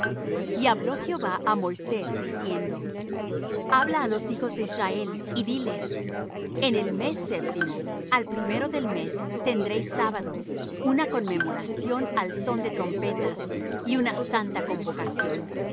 y habló jehová á moisés diciendo habla á los hijos de israel y diles en el mes séptimo al primero del mes tendréis sábado una conmemoración al son de trompetas y una santa convocación